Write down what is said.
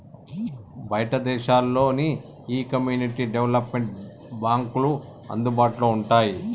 బయటి దేశాల్లో నీ ఈ కమ్యూనిటీ డెవలప్మెంట్ బాంక్లు అందుబాటులో వుంటాయి